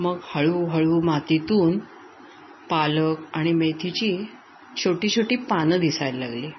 मग हळूहळू मातीतून पालक आणि मेथीची छोटीछोटी पानं दिसायला लागली